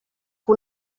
que